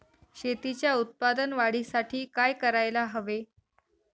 शेतीच्या उत्पादन वाढीसाठी काय करायला हवे?